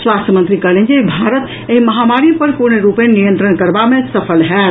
स्वास्थ्य मंत्री कहलनि जे भारत एहि महामारी पर पूर्णरूपेण नियंत्रण करबा मे सफल होयत